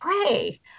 pray